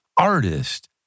artist